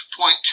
point